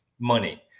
money